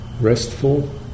restful